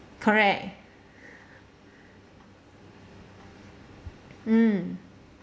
correct mm